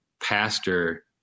pastor